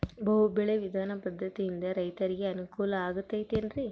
ಬಹು ಬೆಳೆ ವಿಧಾನ ಪದ್ಧತಿಯಿಂದ ರೈತರಿಗೆ ಅನುಕೂಲ ಆಗತೈತೇನ್ರಿ?